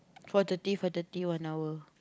four thirty four thirty one hour